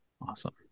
Awesome